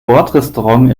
bordrestaurant